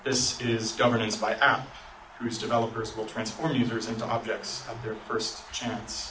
this is governance by app whose developers will transform users into objects of their first chance